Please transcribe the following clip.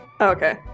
Okay